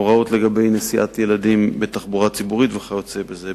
הוראות לגבי נסיעת תלמידים בתחבורה ציבורית וכיוצא בזה,